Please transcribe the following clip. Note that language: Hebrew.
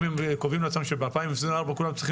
אם הם קובעים לעצמם שב-2024 כולם צריכים